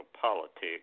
politics